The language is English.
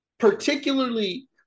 Particularly